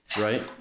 right